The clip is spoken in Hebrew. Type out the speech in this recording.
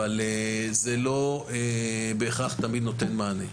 אבל זה לא תמיד נותן מענה בהכרח.